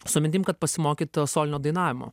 su mintim kad pasimokyt to solinio dainavimo